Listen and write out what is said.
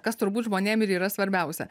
kas turbūt žmonėm ir yra svarbiausia